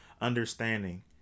understanding